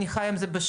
אני חיה עם זה בשלום.